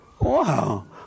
wow